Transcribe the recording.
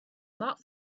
mark